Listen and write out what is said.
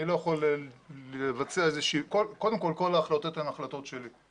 אני לא יכול לבצע איזה שהיא קודם כל כל ההחלטות הן החלטות שלי,